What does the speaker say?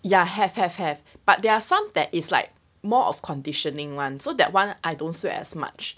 ya have have have but there are some that is like more of conditioning one so that one I don't sweat as much